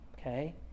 okay